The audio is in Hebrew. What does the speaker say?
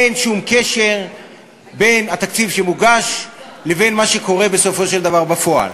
אין שום קשר בין התקציב שמוגש לבין מה שקורה בסופו של דבר בפועל.